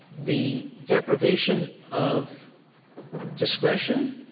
the deprivation of discretion,